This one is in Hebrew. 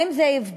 האם זה יפגע,